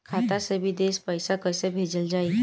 खाता से विदेश पैसा कैसे भेजल जाई?